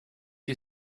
you